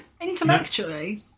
intellectually